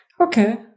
Okay